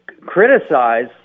criticize